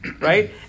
right